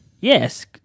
Yes